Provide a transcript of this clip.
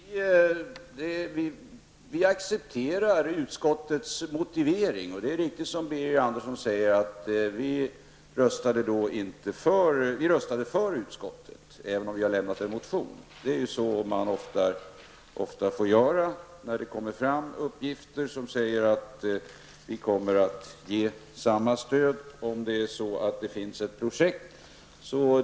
Herr talman! Vi accepterar utskottets motivering. Det som Birger Andersson säger är riktigt, nämligen att vi röstade ja till utskottets hemställan trots att vi hade väckt en motion. Det är så man ofta får göra när det kommer fram uppgifter som innebär att samma stöd kommer att ges om det finns ett projekt.